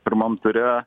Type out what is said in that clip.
pirmam ture